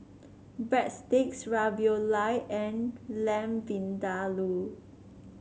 Breadsticks Ravioli and Lamb Vindaloo